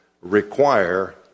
require